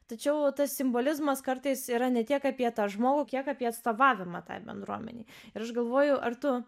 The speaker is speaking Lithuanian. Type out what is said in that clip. tačiau tas simbolizmas kartais yra ne tiek apie tą žmogų kiek apie atstovavimą tai bendruomenei ir aš galvoju ar tu